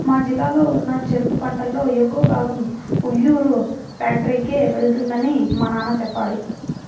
మా జిల్లాలో ఉన్న చెరుకు పంటలో ఎక్కువ భాగం ఉయ్యూరు ఫ్యాక్టరీకే వెళ్తుందని మా నాన్న చెప్పాడు